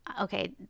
Okay